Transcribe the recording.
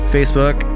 Facebook